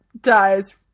dies